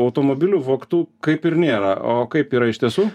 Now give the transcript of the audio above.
automobilių vogtų kaip ir nėra o kaip yra iš tiesų